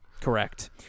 correct